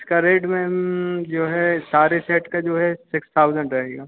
इसका rate ma'am जो है सारे सेट का जो है सिक्स थाउज़ेंड रहेगा